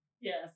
Yes